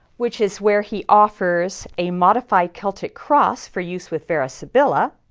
which is where he offers a modified celtic cross for use with vera sibilla.